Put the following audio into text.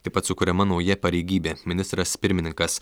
taip pat sukuriama nauja pareigybė ministras pirmininkas